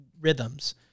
rhythms